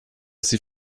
sie